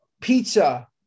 pizza